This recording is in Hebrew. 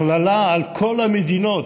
הכללה על כל המדינות,